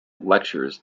lectures